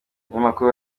umunyamakuru